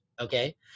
Okay